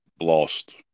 lost